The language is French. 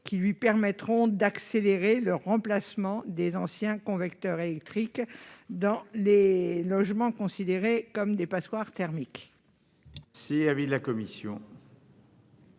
mesures permettant d'accélérer le remplacement des anciens convecteurs électriques dans les logements considérés comme des passoires thermiques. Quel est l'avis de la commission